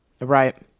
right